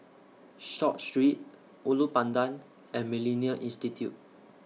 Short Street Ulu Pandan and Millennia Institute